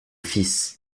fils